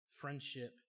friendship